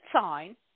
sign